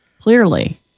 Clearly